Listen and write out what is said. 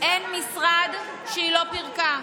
אין משרד שהיא לא פירקה,